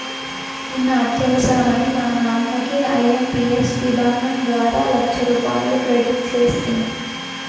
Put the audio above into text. నిన్న అత్యవసరమని మా నాన్నకి ఐఎంపియస్ విధానం ద్వారా లచ్చరూపాయలు క్రెడిట్ సేస్తిని